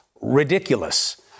ridiculous